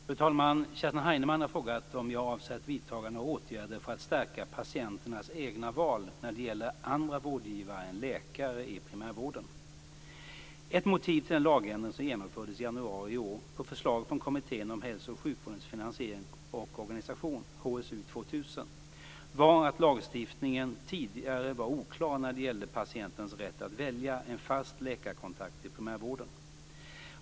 Fru talman! Kerstin Heinemann har frågat om jag avser att vidta några åtgärder för att stärka patienternas egna val när det gäller andra vårdgivare än läkare i primärvården. Ett motiv till den lagändring som genomfördes i januari i år på förslag från kommittén om hälso och sjukvårdens finansiering och organisation - HSU 2000 - var att lagstiftningen tidigare var oklar när det gällde patientens rätt att välja en fast läkarkontakt i primärvården.